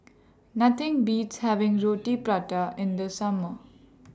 Nothing Beats having Roti Prata in The Summer